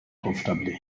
comfortably